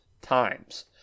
times